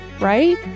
right